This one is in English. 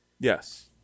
yes